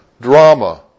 drama